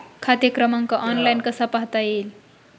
खाते क्रमांक ऑनलाइन कसा पाहता येईल?